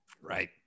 Right